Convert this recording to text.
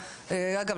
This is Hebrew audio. אגב,